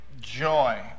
joy